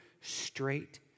straight